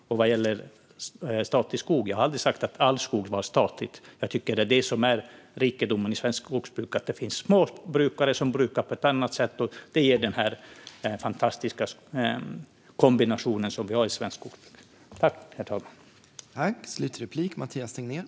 Vad gäller statlig skog har jag aldrig sagt att all skog ska vara statlig. Jag tycker att rikedomen i svenskt skogsbruk är just att det också finns små brukare som brukar skogen på ett annat sätt. Det är det som ger den fantastiska kombination som vi har i svenskt skogsbruk.